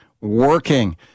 working